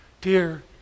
Dear